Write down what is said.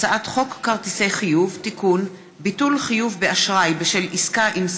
הצעת חוק הספורט (תיקון, הסדרת מקצוע מאמן ספורט),